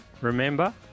Remember